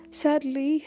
sadly